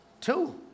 Two